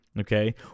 okay